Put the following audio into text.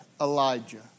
Elijah